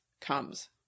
comes